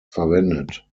verwendet